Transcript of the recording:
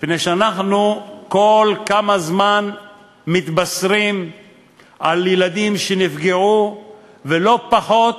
מפני שאנחנו כל כמה זמן מתבשרים על ילדים שנפגעו ולא פחות